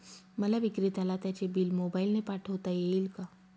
मला विक्रेत्याला त्याचे बिल मोबाईलने पाठवता येईल का?